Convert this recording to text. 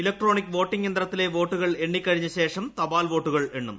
electronic voting ത്യന്ത്രത്തിലെ വോട്ടുകൾ എണ്ണിക്കഴിഞ്ഞ ശേഷം തപാൽ വോട്ടുകൾ എണ്ണും